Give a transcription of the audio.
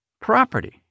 Property